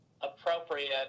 appropriate